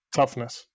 Toughness